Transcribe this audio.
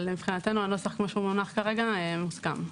אבל מבחינתנו הנוסח כמו שמונח כרגע מוסכם.